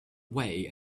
way